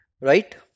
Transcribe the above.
Right